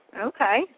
Okay